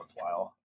worthwhile